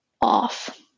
off